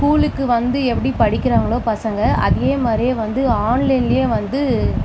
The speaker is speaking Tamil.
ஸ்கூலுக்கு வந்து எப்படி படிக்கிறாங்களோ பசங்க அதே மாதிரியே வந்து ஆன்லைன்லையே வந்து